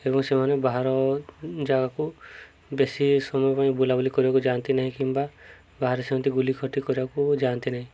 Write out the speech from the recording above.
ଏବଂ ସେମାନେ ବାହାର ଜାଗାକୁ ବେଶୀ ସମୟ ପାଇଁ ବୁଲାବୁଲି କରିବାକୁ ଯାଆନ୍ତି ନାହିଁ କିମ୍ବା ବାହାରେ ସେମିତି ବୁଲି ଖଟି କରିବାକୁ ଯାଆନ୍ତି ନାହିଁ